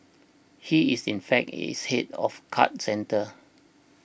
he is in fact its head of card centre